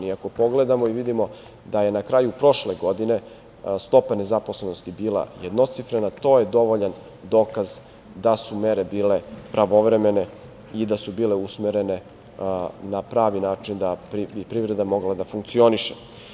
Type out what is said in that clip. Ako pogledamo i vidimo da je na kraju prošle godine stopa nezaposlenosti bila jednocifrena, to je dovoljan dokaz da su mere bile pravovremene i da su bile usmerene na pravi način da bi privreda mogla da funkcioniše.